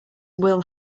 will